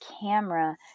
camera